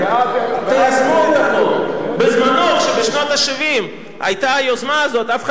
יש לנו איזו זכות מוסרית לבוא לאותו אזרח